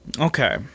Okay